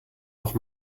noch